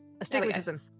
astigmatism